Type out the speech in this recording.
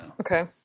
Okay